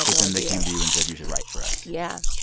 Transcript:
because then they came to you and said, you should write for us yeah.